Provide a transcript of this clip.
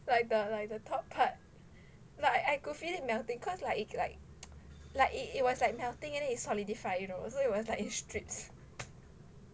like the like the top part like I could feel it melting cause like like like it it was like melting and it solidify you know so it was like in strips